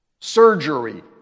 surgery